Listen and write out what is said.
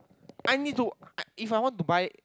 I need to If I want to buy